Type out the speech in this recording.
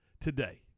today